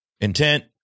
intent